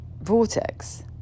Vortex